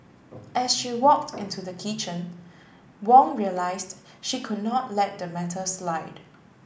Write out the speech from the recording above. as she walked into the kitchen Wong realised she could not let the matter slide